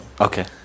Okay